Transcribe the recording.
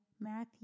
Matthew